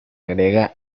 agrega